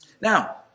Now